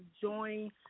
join